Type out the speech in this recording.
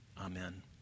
Amen